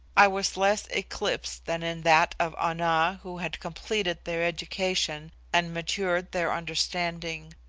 i was less eclipsed than in that of ana who had completed their education and matured their understanding.